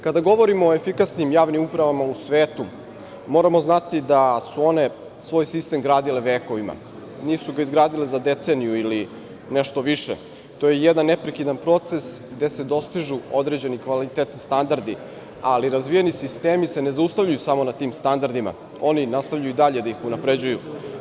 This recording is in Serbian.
Kada govorimo o efikasnim javnim upravama u svetu, moramo znati da su one svoj sistem gradile vekovima, nisu ga izgradile za deceniju ili nešto više, to je jedan neprekidan proces gde se dostižu određeni kvalitetni standardi, ali razvijeni sistemi se ne zaustavljaju samo na tim standardima, oni nastavljaju i dalje da ih unapređuju.